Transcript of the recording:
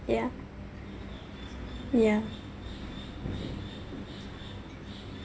yeah yeah